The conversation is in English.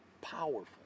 powerful